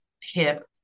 hip